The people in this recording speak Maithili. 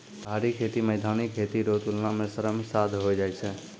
पहाड़ी खेती मैदानी खेती रो तुलना मे श्रम साध होय जाय छै